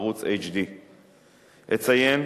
ערוץ HD. אציין